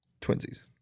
Twinsies